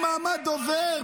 אין מעמד דובר.